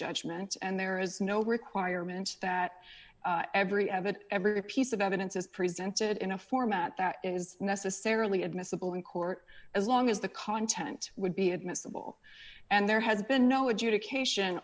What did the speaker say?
judgment and there is no requirement that every evidence every piece of evidence is presented in a format that is necessarily admissible in court as long as the content would be admissible and there has been no adjudication